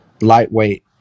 lightweight